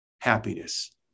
happiness